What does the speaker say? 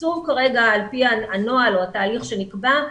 על פי הנוהל או התהליך שנקבע,